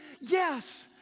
yes